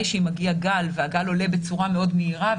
שאם מגיע גל והגל עולה בצורה מאוד מהירה,